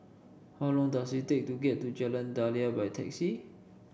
how long does it take to get to Jalan Daliah by taxi